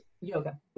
yoga